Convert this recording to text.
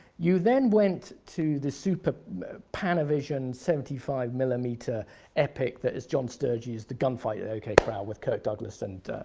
you then went to the super panavision seventy five millimeter epic that is john sturges' the gunfight at ok corral with kirk douglas and